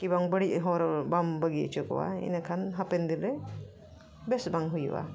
ᱠᱤᱵᱟᱝ ᱵᱟᱹᱲᱤᱡ ᱦᱚᱨ ᱵᱟᱢ ᱵᱟᱹᱜᱤ ᱦᱚᱪᱚ ᱠᱚᱣᱟ ᱤᱱᱟᱹᱠᱷᱟᱱ ᱦᱟᱯᱮᱱ ᱫᱤᱱᱨᱮ ᱵᱮᱥ ᱵᱟᱝ ᱦᱩᱭᱩᱜᱼᱟ